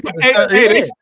hey